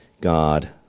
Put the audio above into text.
God